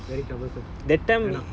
very troublesome right or not